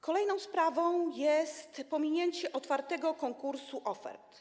Kolejną sprawą jest pominięcie otwartego konkursu ofert.